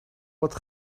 wordt